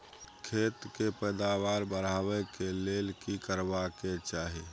खेत के पैदावार बढाबै के लेल की करबा के चाही?